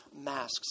masks